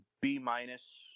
B-minus